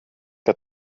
que